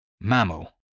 Mammal